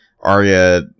Arya